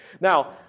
Now